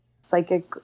psychic